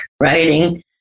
writing